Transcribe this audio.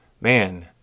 man